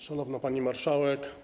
Szanowna Pani Marszałek!